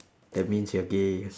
that means you're gay